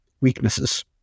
weaknesses